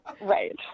Right